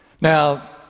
Now